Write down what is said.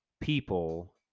people